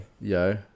Yo